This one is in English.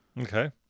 Okay